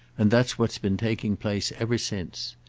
and that's what has been taking place ever since.